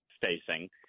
facing